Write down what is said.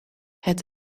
het